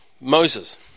Moses